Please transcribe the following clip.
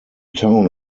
town